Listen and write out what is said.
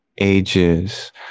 ages